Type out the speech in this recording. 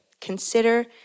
Consider